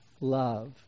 love